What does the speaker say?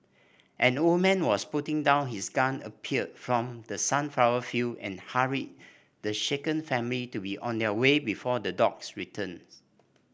an old man was putting down his gun appeared from the sunflower field and hurried the shaken family to be on their way before the dogs return